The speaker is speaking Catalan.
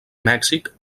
mèxic